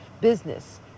business